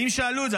האם שאלו את זה?